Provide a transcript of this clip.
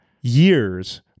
years